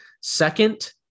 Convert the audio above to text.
Second